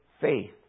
faith